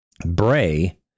Bray